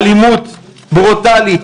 אלימות ברוטלית,